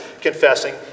confessing